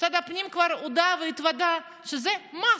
משרד הפנים כבר הודה והתוודה שזה מס.